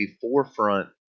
forefront